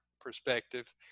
perspective